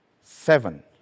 Seven